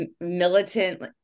militant